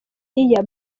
year